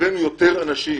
הבאנו יותר אנשים